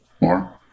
More